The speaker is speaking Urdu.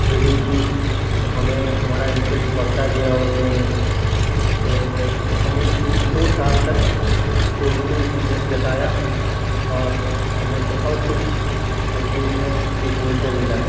ریڈنگ کی تو ہمیں ہمارا انٹریسٹ بڑھتا گیا اُردو میں تو ہم نے تین دو سال تک اُردو میں انٹریسٹ جتایا اور ہمیں بہت کچھ اُردو میں سیکھنے کو ملا